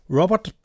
Robert